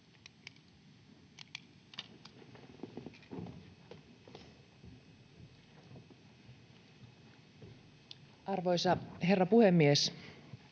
Arvoisa herra puhemies!